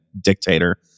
dictator